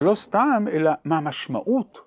לא סתם, אלא מה המשמעות?